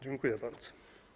Dziękuję bardzo.